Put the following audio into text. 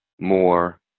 more